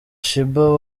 sheebah